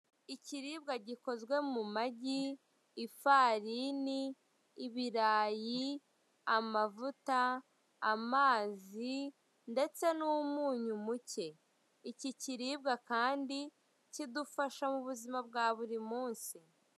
Ikiribwa gikozwe mumagi, ifarini, ibirayi, amavuta, amazi ndetse n'umunyu muke. Iki kiribwa Kandi kidufasha mubuzima bwa buri munsi.